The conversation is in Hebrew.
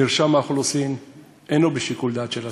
מרשם האוכלוסין אינו בשיקול דעת של השר,